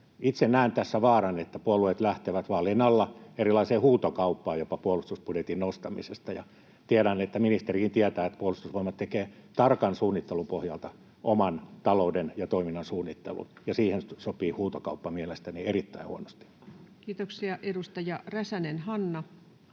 Itse näen tässä vaaran, että puolueet lähtevät vaalien alla erilaiseen huutokauppaan jopa puolustusbudjetin nostamisesta. Tiedän, että ministerikin tietää, että Puolustusvoimat tekee tarkan suunnittelun pohjalta oman talouden ja toiminnan suunnittelun, ja siihen sopii huutokauppa mielestäni erittäin huonosti. [Speech 87] Speaker: